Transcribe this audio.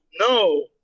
no